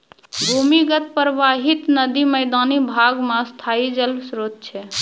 भूमीगत परबाहित नदी मैदानी भाग म स्थाई जल स्रोत छै